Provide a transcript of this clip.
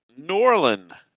Norlin